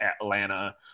Atlanta